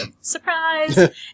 Surprise